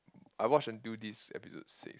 I watch until this episode six